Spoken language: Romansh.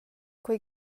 quei